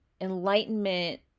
enlightenment